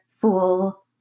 fool